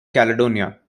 caledonia